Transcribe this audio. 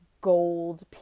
gold